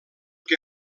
que